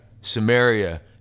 samaria